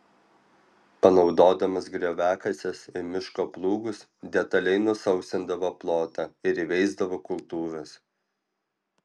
panaudodamas grioviakases ir miško plūgus detaliai nusausindavo plotą ir įveisdavo kultūras